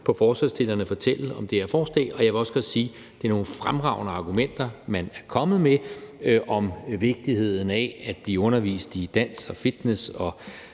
at høre stillerne fortælle om det her forslag, og jeg vil også godt sige, at det er nogle fremragende argumenter, man er kommet med, om vigtigheden af at blive undervist i dans, fitness,